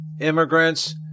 immigrants